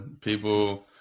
people